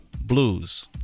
blues